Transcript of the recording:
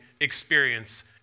experience